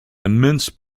immense